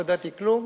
לא ידעתי כלום,